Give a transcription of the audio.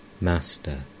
Master